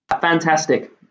Fantastic